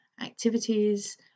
activities